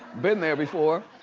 been there before,